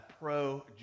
pro